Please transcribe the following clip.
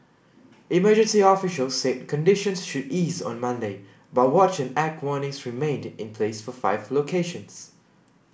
emergency officials said conditions should ease on Monday but watch and act warnings remained in place for five locations